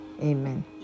Amen